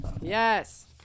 Yes